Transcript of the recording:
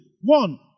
One